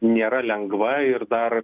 nėra lengva ir dar